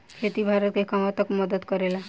खेती भारत के कहवा तक मदत करे ला?